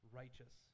righteous